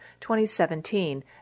2017